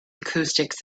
acoustics